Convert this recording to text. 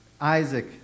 Isaac